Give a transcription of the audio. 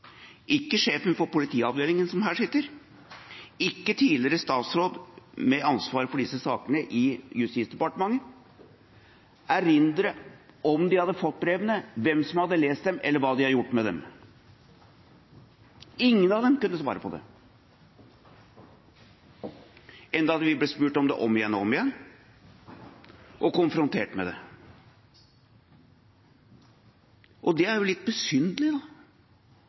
ikke tidligere statsråd med ansvaret for disse sakene i Justisdepartementet erindre om de hadde fått brevene, hvem som hadde lest dem, eller hva de har gjort med dem. Ingen av dem kunne svare på det, enda de ble spurt om det om igjen og om igjen og ble konfrontert med det. Og det er jo litt